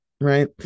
right